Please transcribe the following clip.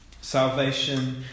Salvation